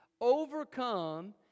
overcome